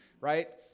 Right